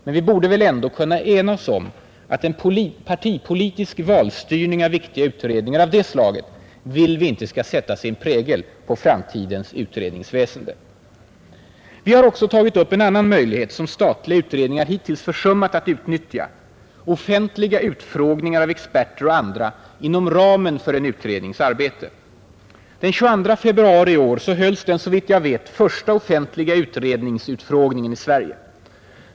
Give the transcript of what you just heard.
Men vi borde väl ändå kunna ena oss om att en partipolitisk valstyrning av viktiga utredningar av det slaget vill vi inte ska sätta sin prägel på framtidens utredningsväsende. Vi har också tagit upp en annan möjlighet som statliga utredningar hittills försummat att utnyttja: offentliga utfrågningar av experter och andra inom ramen för en utrednings arbete. Den 22 februari i år hölls den, såvitt jag vet, första offentliga utredningsutfrågningen i Sverige.